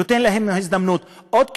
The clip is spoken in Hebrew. נותן להם הזדמנות עוד כחודשיים,